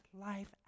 life